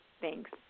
Thanks